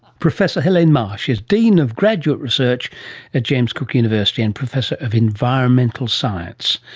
professor helene marsh is dean of graduate research at james cook university, and professor of environmental science.